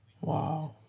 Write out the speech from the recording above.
Wow